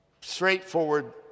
straightforward